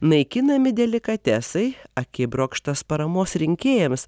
naikinami delikatesai akibrokštas paramos rinkėjams